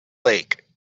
lake